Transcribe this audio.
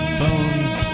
phones